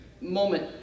moment